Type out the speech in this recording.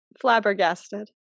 flabbergasted